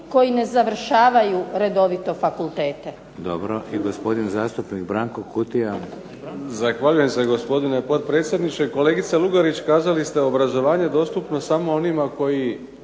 koji ne završavaju redovito fakultete.